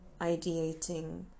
ideating